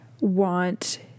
want